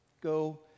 go